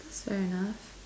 fair enough